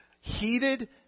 heated